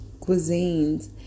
cuisines